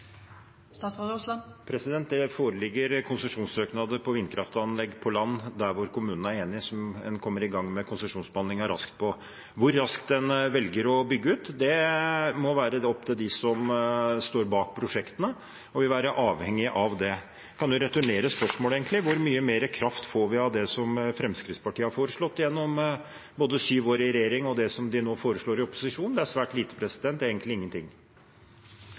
Det foreligger konsesjonssøknader på vindkraftanlegg på land der kommunene er enige, som en kommer i gang med konsesjonsbehandlingen raskt på. Hvor raskt en velger å bygge ut, må være opp til dem som står bak prosjektene, og vil være avhengig av det. Jeg kan jo returnere spørsmålet: Hvor mye mer kraft får vi av det som Fremskrittspartiet har foreslått gjennom både sju år i regjering og det som de nå foreslår i opposisjon? Det er svært lite – egentlig ingenting.